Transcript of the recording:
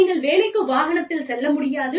நீங்கள் வேலைக்கு வாகனத்தில் செல்ல முடியாது